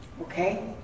Okay